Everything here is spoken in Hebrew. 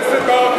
חבר הכנסת ברכה,